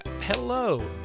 Hello